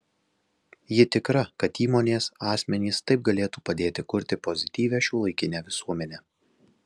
ji tikra kad įmonės asmenys taip galėtų padėti kurti pozityvią šiuolaikinę visuomenę